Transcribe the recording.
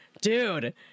dude